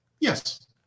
Yes